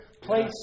place